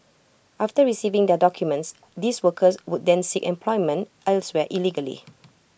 after receiving their documents these workers would then seek employment elsewhere illegally